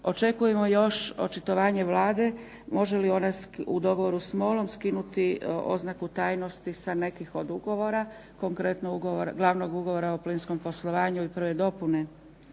očekujemo još očitovanje Vlade, može li ona u dogovoru s MOL-om skinuti oznaku tajnosti sa nekih od ugovora, konkretno glavnog Ugovora o plinskom poslovanju i prve dopune